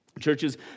Churches